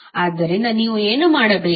ಆದ್ದರಿಂದ ನೀವು ಏನು ಮಾಡಬೇಕು